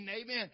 amen